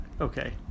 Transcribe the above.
Okay